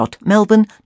Melbourne